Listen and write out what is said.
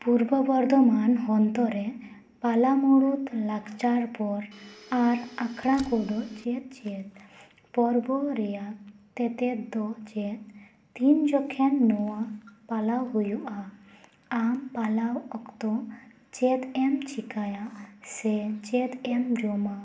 ᱯᱩᱨᱵᱚ ᱵᱚᱨᱫᱷᱚᱢᱟᱱ ᱦᱚᱱᱚᱛ ᱨᱮ ᱯᱟᱞᱟᱢᱩᱲᱩᱫ ᱞᱟᱠᱪᱟᱨ ᱯᱚᱨ ᱟᱨ ᱟᱠᱷᱟᱲᱟ ᱠᱚᱫᱚ ᱪᱮᱫ ᱪᱮᱫ ᱯᱚᱨᱵᱚ ᱨᱮᱭᱟᱜ ᱛᱮᱛᱮᱫ ᱫᱚ ᱪᱮᱫ ᱛᱤᱱ ᱡᱚᱠᱷᱮᱱ ᱱᱚᱶᱟ ᱯᱟᱞᱟᱣ ᱦᱩᱭᱩᱜᱼᱟ ᱟᱢ ᱯᱟᱞᱟᱣ ᱚᱠᱛᱚ ᱪᱮᱫ ᱮᱢ ᱪᱤᱠᱟᱹᱭᱟ ᱥᱮ ᱪᱮᱫ ᱮᱢ ᱡᱚᱢᱟ